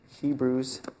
Hebrews